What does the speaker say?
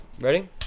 Ready